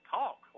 talk